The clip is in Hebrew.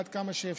עד כמה שאפשר,